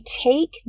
take